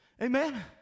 Amen